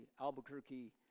Albuquerque